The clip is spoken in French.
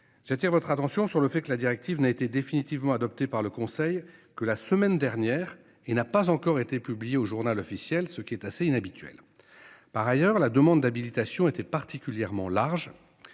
J'attire votre attention sur le fait que la directive n'a été définitivement adopté par le Conseil que la semaine dernière et n'a pas encore été publié au Journal officiel. Ce qui est assez inhabituel. Par ailleurs, la demande d'habilitation était particulièrement large.